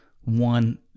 one